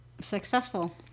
successful